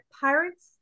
pirates